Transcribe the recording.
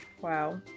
Wow